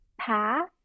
path